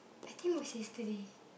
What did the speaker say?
I think it was yesterday